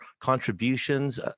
contributions